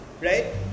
right